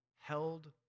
held